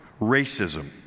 racism